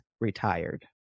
retired